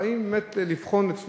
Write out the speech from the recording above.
באים באמת לבחון את שנינו,